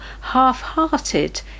half-hearted